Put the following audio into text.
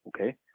okay